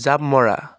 জাপ মৰা